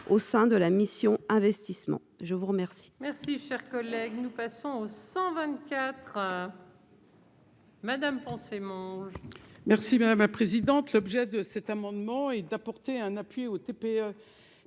au sein de la mission Investissements, je vous remercie.